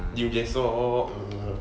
you just saw err